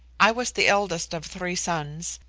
i was the eldest of three sons,